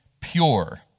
pure